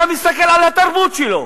אתה מסתכל על התרבות שלו